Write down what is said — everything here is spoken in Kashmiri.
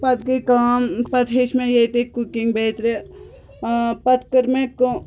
پتہٕ گٔے کٲم پتہٕ ہیٛوچھ مےٚ ییٚتے کُکِنٛگ بیترِ ٲں پتہٕ کٔر مےٚ کٲ